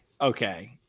okay